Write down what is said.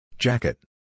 Jacket